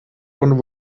und